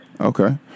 Okay